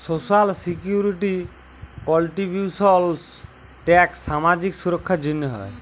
social security contributions tax সামাজিক সুরক্ষার জ্যনহে হ্যয়